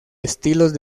estilos